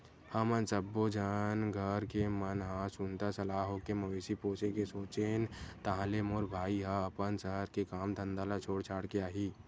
हमन सब्बो झन घर के मन ह सुनता सलाह होके मवेशी पोसे के सोचेन ताहले मोर भाई ह अपन सहर के काम धंधा ल छोड़ छाड़ के आही